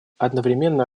одновременно